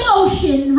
ocean